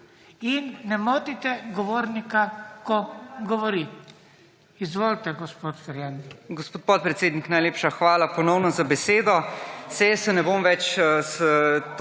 in ne motite govornika, ko govori. Izvolite, gospod Ferjan.